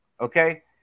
okay